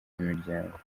imiryango